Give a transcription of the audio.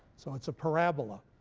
so it's a parabola.